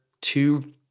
two